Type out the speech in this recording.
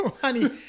Honey